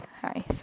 Hi